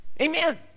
Amen